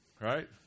Right